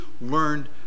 learned